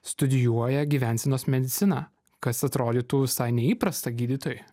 studijuoja gyvensenos mediciną kas atrodytų visai neįprasta gydytojai